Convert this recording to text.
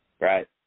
right